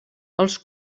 els